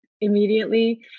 immediately